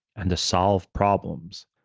and to solve problems.